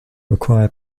require